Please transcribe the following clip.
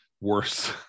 worse